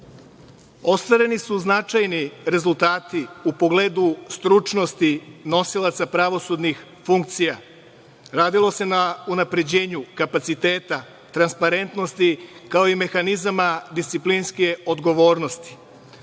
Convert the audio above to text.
su značajni rezultati u pogledu stručnosti nosilaca pravosudnih funkcija. Radilo se na unapređenju kapaciteta, transparentnosti, kao i mehanizama disciplinske odgovornosti.